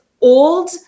old